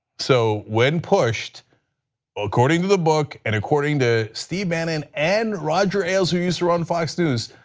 so when pushed according to the book and according to steve bannon and roger ailes who used to run fox news,